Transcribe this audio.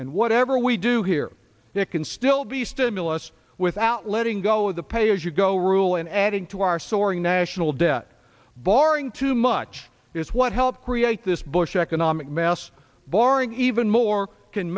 and whatever we do here it can still be stimulus without letting go of the pay as you go rule and adding to our soaring national debt borrowing too much is what helped create this bush economic mess boring even more can